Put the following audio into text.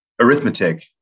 arithmetic